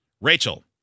Rachel